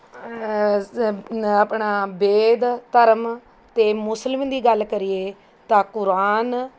ਆਪਣਾ ਵੇਦ ਧਰਮ ਅਤੇ ਮੁਸਲਿਮ ਦੀ ਗੱਲ ਕਰੀਏ ਤਾਂ ਕੁਰਾਨ